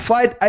Fight